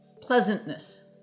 pleasantness